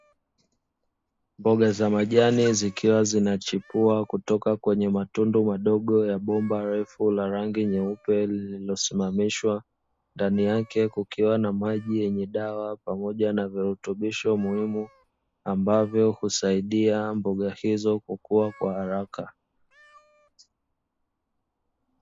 Mboga za majani zikiwa zinachipua kutoka kwenye matundu madogo ya bomba refu la rangi nyeupe lililosimamishwa, ndani yake kukiwa na maji yenye dawa pamoja na virutubisho muhimu, ambavyo husaidia mboga hizo kukua kwa haraka.